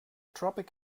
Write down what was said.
tropic